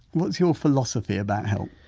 what's your philosophy about help?